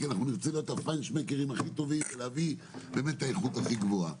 כי אנחנו נרצה להיות הפיינשמקרים הכי טובים ולהביא את האיכות הכי גבוהה.